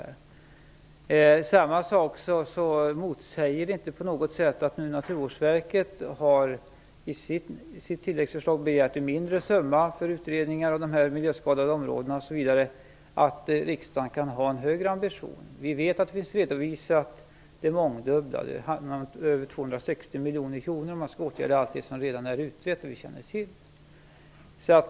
På samma sätt råder det ingen motsättning mellan att Naturvårdsverket i sitt tilläggsförslag har begärt en mindre summa för utredningar av de miljöskadade områdena och att riksdagen kan ha en högre ambition. Vi vet att det mångdubbla finns redovisat - det handlar om över 260 miljoner kronor om man skall åtgärda allt som redan är utrett och som vi känner till.